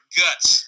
guts